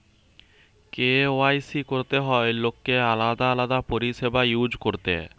KYC করতে হয় লোককে আলাদা আলাদা পরিষেবা ইউজ করতে